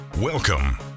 Welcome